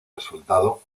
resultado